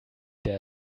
der